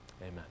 Amen